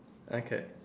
okay